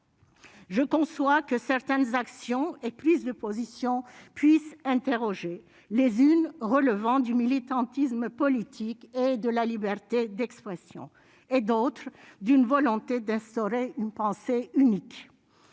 Je conçois que certaines actions et prises de position puisse interroger les unes relevant du militantisme politique et de la liberté d'expression et d'autre d'une volonté d'instaurer une pensée unique,